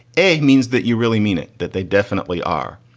a means that you really mean it. that they definitely are.